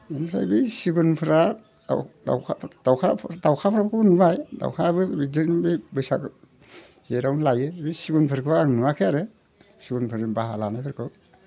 इनिफ्राय सिगुनफ्रा दावखा दाउखाफोरखौबो नुबाय दाउखायाबो बिदिनो बैसाग जेथ आवनो लायो सिगुनफोरखौ आं नुवाखै आरो सिगुनफोर बाहा लानायफोरखौ